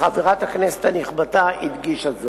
וחברת הכנסת הנכבדה הדגישה זאת.